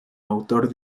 autor